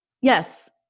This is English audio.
Yes